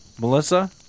Melissa